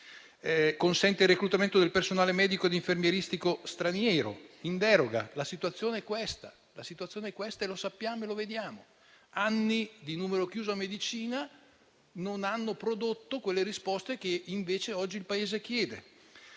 consente poi il reclutamento del personale medico e infermieristico straniero, in deroga. La situazione è questa, lo sappiamo e lo vediamo: anni di numero chiuso a medicina non hanno prodotto le risposte che invece oggi il Paese chiede.